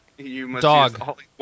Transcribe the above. Dog